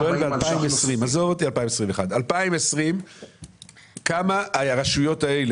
אני שואל על 2020. עזוב את 2021. כמה הרשויות האלה,